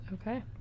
Okay